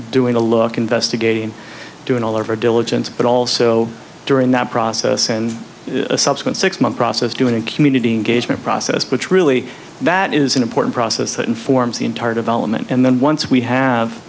doing a look investigating and doing all of our diligence but also during that process and a subsequent six month process doing a community engagement process which really that is an important process that informs the entire development and then once we have